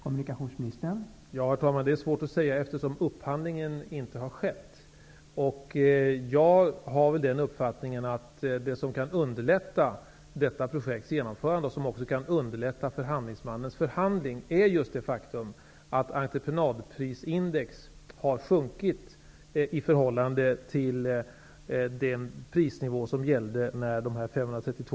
Herr talman! Det är svårt att säga, eftersom upphandlingen inte har skett. Men jag har nog uppfattningen att det som kan underlätta såväl genomförandet av detta projekt som förhandlingsmannens förhandling just är det faktum att entreprenadprisindex har sjunkit i förhållande till den prisnivå som gällde när de 532